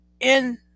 in-